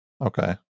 okay